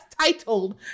titled